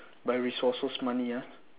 by resources money ah